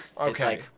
Okay